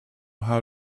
how